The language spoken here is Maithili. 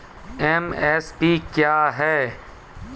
एम.एस.पी क्या है?